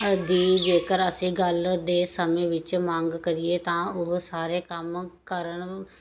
ਦੀ ਜੇਕਰ ਅਸੀਂ ਗੱਲ ਦੇ ਸਮੇਂ ਵਿੱਚ ਮੰਗ ਕਰੀਏ ਤਾਂ ਉਹ ਸਾਰੇ ਕੰਮ ਕਰਨ